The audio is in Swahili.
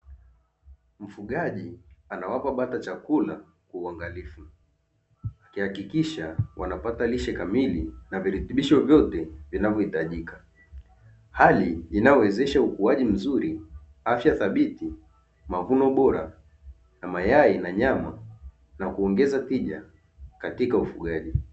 Mfugaji anawapa bata chakula kwa uangalifu, akihakikisha wanapata lishe kamili na virutubisho vyote vinavyohitajika. Hali inayowezesha ukuaji mzuri, afya thabiti, mavuno bora, na mayai, na nyama na kuongeza tija katika ufugaji.